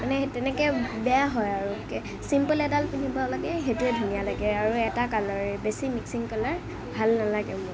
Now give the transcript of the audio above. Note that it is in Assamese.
মানে তেনেকে বেয়া হয় আৰু চিম্পল এডাল পিন্ধিব লাগে সেইটোৱে ধুনীয়া লাগে আৰু এটা কালাৰৰে বেছি মিক্সিং কালাৰ ভাল নালাগে মোৰ